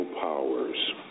powers